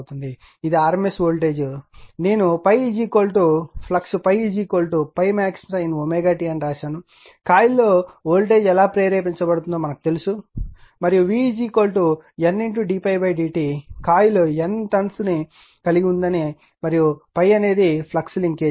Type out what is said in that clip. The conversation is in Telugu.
ఇది RMS వోల్టేజ్ సాధారణ విషయం నేను ∅ ఫ్లక్స్ ∅ ∅max sin t అని వ్రాసాను కాయిల్లో వోల్టేజ్ ఎలా ప్రేరేపించబడుతుందో మనకు తెలుసు మరియు v N d∅ dt coil N turns యొక్క సంఖ్య కలిగి ఉంది మరియు ∅ అనేది ఫ్లక్స్ లింకేజ్